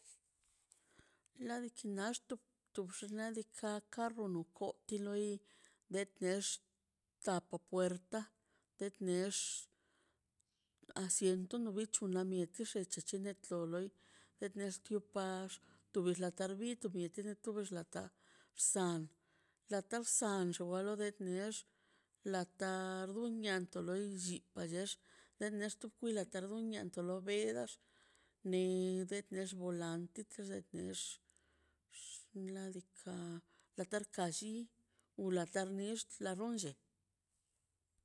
Ladikin nai xtu xtup xnaꞌ diikaꞌ ka karrunnu koti loi det next tapo puerta tet next asiento no na micho miet xixhi chi loi de niestoi pai tubi lar tardei nibi san latarsan tarsan chonalo twex nex la tardunian ta loi yiꞌ parchuox tana taxkuila tador unia to lo bedax ne det neba olanti llenex xladika la tarka lli wlatarnix ka runlle